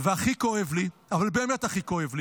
הכי כואב לי, אבל באמת הכי כואב לי,